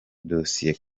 dossier